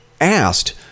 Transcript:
asked